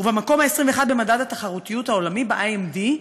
ובמקום ה-21 במדד התחרותיות העולמית ב-IMD,